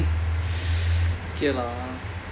K lah